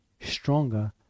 stronger